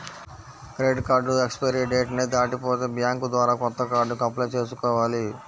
credit card expiry date ని దాటిపోతే bank ద్వారా కొత్త కార్డుకి అప్లై చేసుకోవాలి